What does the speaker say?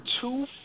Two